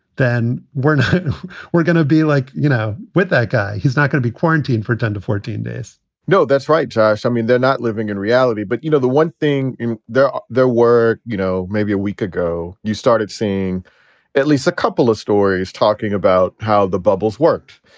then we're not we're going to be like, you know, with that guy. he's not going to be quarantined for ten to fourteen days no. that's right, josh. i mean, they're not living in reality. but, you know, the one thing in there, there were, you know, maybe a week ago you started seeing at least a couple of stories talking about how the bubbles worked.